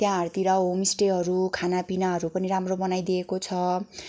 त्यहाँहरूतिर होमस्टेहरू खानापिनाहरू पनि राम्रो बनाइदिएको छ